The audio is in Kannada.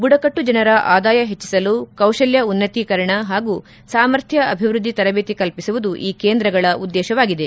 ಬುಡಕಟ್ಟು ಜನರ ಆದಾಯ ಪೆಟ್ಟಸಲು ಕೌಶಲ್ಯ ಉನ್ನತೀಕರಣ ಹಾಗೂ ಸಾಮರ್ಥ್ಯ ಅಭಿವೃದ್ಧಿ ತರಬೇತಿ ಕಲ್ಪಿಸುವುದು ಈ ಕೇಂದ್ರಗಳ ಉದ್ದೇಶವಾಗಿದೆ